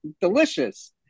delicious